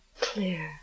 clear